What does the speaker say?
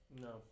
No